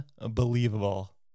Unbelievable